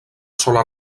sola